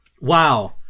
wow